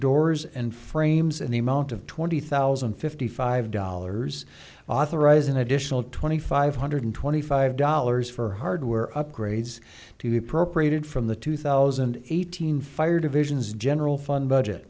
doors and frames and the amount of twenty thousand and fifty five dollars authorize an additional twenty five hundred twenty five dollars for hardware upgrades to be appropriated from the two thousand eight hundred fire divisions general fund budget